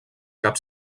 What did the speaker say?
cap